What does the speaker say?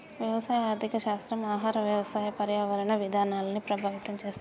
వ్యవసాయ ఆర్థిక శాస్త్రం ఆహార, వ్యవసాయ, పర్యావరణ విధానాల్ని ప్రభావితం చేస్తది